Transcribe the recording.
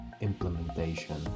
implementation